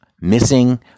missing